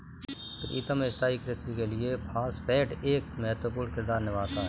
प्रीतम स्थाई कृषि के लिए फास्फेट एक महत्वपूर्ण किरदार निभाता है